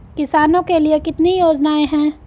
किसानों के लिए कितनी योजनाएं हैं?